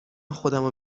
خودمو